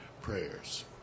prayers